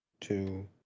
two